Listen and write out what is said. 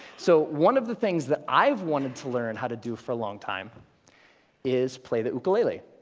so one of the things that i've wanted to learn how to do for a long time is play the ukulele.